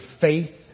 faith